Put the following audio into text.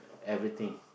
everything